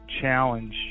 challenge